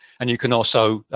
and you can also,